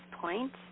point